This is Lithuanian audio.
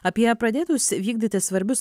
apie pradėtus vykdyti svarbius